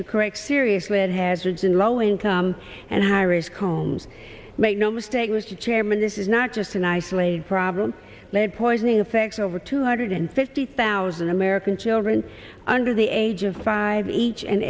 to create serious with hazards in low income and high risk homes make no mistake with the chairman this is not just an isolated problem lead poisoning affect over two hundred fifty thousand american children under the age of five each and